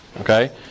Okay